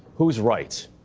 who's right?